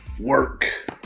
Work